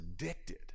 addicted